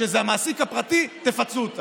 כשזה המעסיק הפרטי, תפצו אותם.